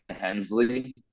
Hensley